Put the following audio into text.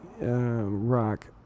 rock